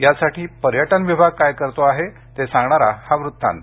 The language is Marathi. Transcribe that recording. त्यासाठी पर्यटन विभाग काय करतो आहे ते सांगणारा हा वृत्तांत